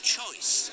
choice